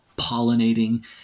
pollinating